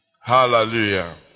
Hallelujah